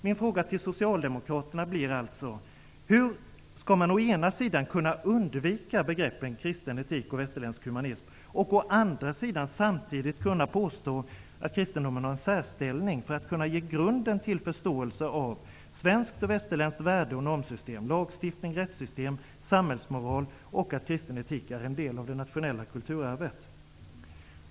Min fråga till Socialdemokraterna bli alltså: Hur skall man å ena sidan kunna undvika begreppen ''kristen etik'' och ''västerländsk humanism'' och å andra sidan samtidigt påstå att kristendomen har en särställning för att kunna ge grunden till förståelse av svenska och västerländska värde och normsystem, lagstiftning, rättsystem och samhällsmoral och att kristen etik är en del av det nationella kulturarvet?